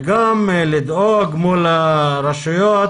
וגם לדאוג מול הרשויות